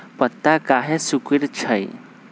पत्ता काहे सिकुड़े छई?